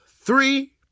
three